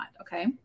okay